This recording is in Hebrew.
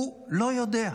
הוא לא יודע.